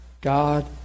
God